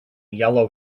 yellow